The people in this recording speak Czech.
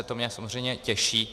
To mě samozřejmě těší.